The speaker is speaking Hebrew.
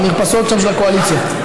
במרפסות של הקואליציה.